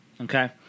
Okay